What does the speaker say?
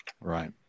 Right